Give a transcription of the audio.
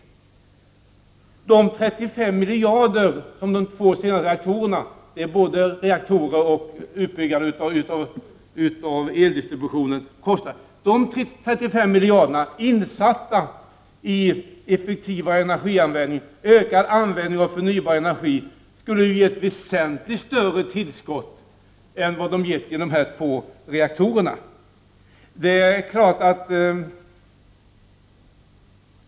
Om de 35 miljarder som är kostnaden för både de två senaste reaktorerna och utbyggandet av eldistributionen, hade satts in för effektivare energianvändning, ökad användning av förnybar energi, skulle de ju ge ett väsentligt större tillskott än vad de gett i de här två reaktorerna.